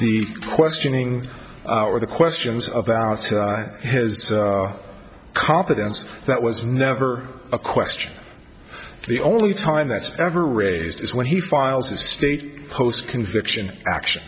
the questioning or the questions about his competence that was never a question the only time that's ever raised is when he files a state post conviction action